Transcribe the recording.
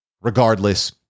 Regardless